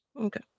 Okay